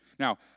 Now